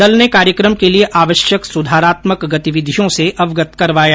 दल ने कार्यक्रम के लिये आवश्यक सुधारात्मक गतिविधियों से अवगत करवाया